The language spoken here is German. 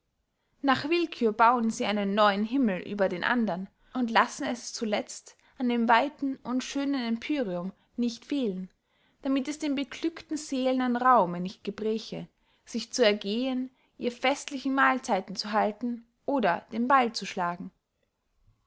nach willkühr bauen sie einen neuen himmel über den andern und lassen es zuletzt an dem weiten und schönen empyreum nicht fehlen damit es den beglückten seelen an raume nicht gebreche sich zu ergehen ihre festlichen mahlzeiten zu halten oder den ball zu schlagen